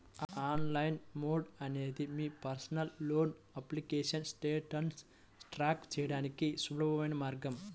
online mode అనేది మీ personal loan application స్టేటస్ను ట్రాక్ చేయడానికి సులభమైన మార్గం